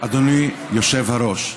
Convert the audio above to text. אדוני היושב-ראש,